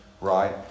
Right